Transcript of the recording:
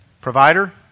Provider